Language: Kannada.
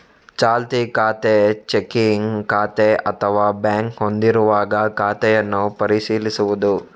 ಚಾಲ್ತಿ ಖಾತೆ, ಚೆಕ್ಕಿಂಗ್ ಖಾತೆ ಅಥವಾ ಬ್ಯಾಂಕ್ ಹೊಂದಿರುವಾಗ ಖಾತೆಯನ್ನು ಪರಿಶೀಲಿಸುವುದು